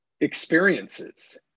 experiences